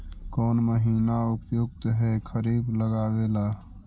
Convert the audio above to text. कौन महीना उपयुकत है खरिफ लगावे ला?